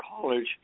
college